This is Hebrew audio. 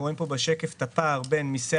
אנחנו רואים בשקף את הפער בין מיסי